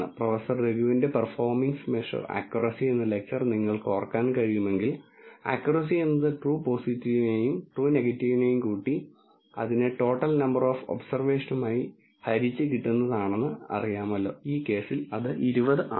professor രഘുവിന്റെ performance measure accuracy എന്ന lecture നിങ്ങൾക്ക് ഓർക്കാൻ കഴിയുമെങ്കിൽ അക്യൂറസി എന്നത് ട്രൂ പോസിറ്റീവിനെയും ട്രൂ നെഗറ്റീവിനെയും കൂട്ടി അതിനെ ടോട്ടൽ നമ്പർ ഓഫ് ഒബ്സർവേഷനുമായി ഹരിച്ച കിട്ടുന്നതാണെന്ന് അറിയാമല്ലോ ഈ കേസിൽ അത് 20 ആണ്